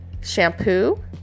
shampoo